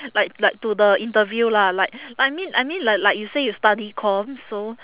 like like to the interview lah like I mean I mean like like you say you study comms so